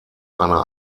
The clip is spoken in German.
eine